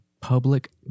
public